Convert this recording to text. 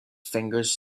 fingers